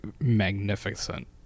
magnificent